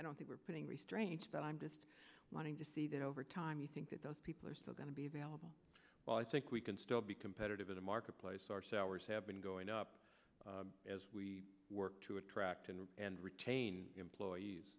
i don't think we're putting restraints that i'm just wanting to see that over time you think that those people are still going to be available i think we can still be competitive in a marketplace or sours have been going up as we work to attract and retain employees